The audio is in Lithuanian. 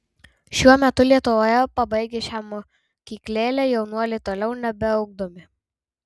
šiuo metu lietuvoje pabaigę šią mokyklėlę jaunuoliai toliau nebeugdomi